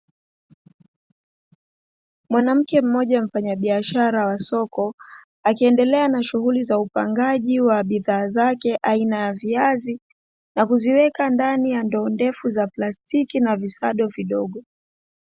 Mwanamke mmoja mfanyabiashara wa soko akiendelea na shughuli za upangaji wa bidhaa zake aina ya viazi, na kuziweka ndani ya ndoo ndefu za plastiki na visado vidogo.